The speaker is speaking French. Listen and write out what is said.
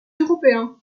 européens